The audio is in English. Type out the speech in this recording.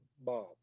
bob